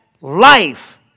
life